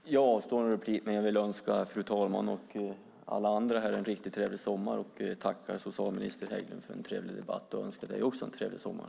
Fru talman! Jag avstår från att säga något mer i sakfrågan, men jag vill önska fru talmannen och alla andra här en riktigt trevlig sommar. Jag tackar socialminister Göran Hägglund för en trevlig debatt och önskar även honom en trevlig sommar.